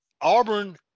Auburn